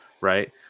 Right